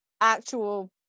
actual